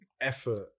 effort